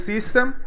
System